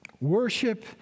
Worship